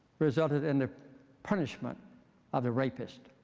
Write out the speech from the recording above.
resulted in the punishment of the rapist.